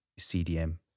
CDM